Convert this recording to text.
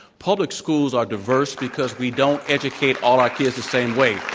public schools are diverse because we don't educate all our kids the same way.